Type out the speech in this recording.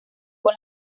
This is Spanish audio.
con